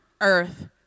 earth